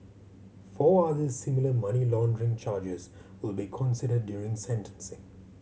four other similar money laundering charges will be considered during sentencing